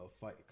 fight